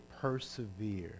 persevere